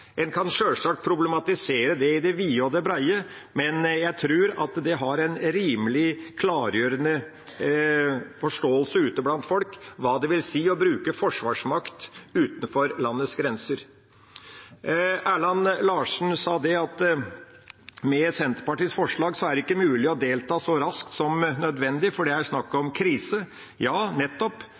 En kan sjølsagt problematisere det i det vide og det breie, men jeg tror at det er en rimelig klar forståelse ute blant folk av hva det vil si å bruke forsvarsmakt utenfor landets grenser. Erlend Larsen sa at med Senterpartiets forslag er det ikke mulig å delta så raskt som nødvendig, for det er snakk om krise. Ja, nettopp